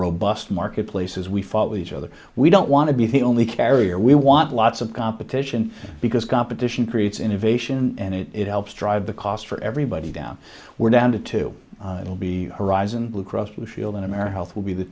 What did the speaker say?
robust marketplace as we follow each other we don't want to be the only carrier we want lots of competition because competition creates innovation and it helps drive the cost for everybody down we're down to two will be horizon blue cross blue shield in america health will be the